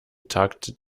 tagt